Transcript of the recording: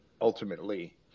ultimately